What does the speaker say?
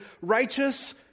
righteous